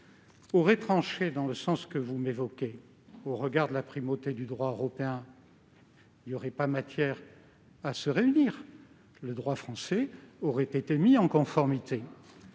avaient tranché dans le sens que vous indiquez, au regard de la primauté du droit européen, il n'y aurait pas matière à se réunir, car le droit français aurait été mis en conformité.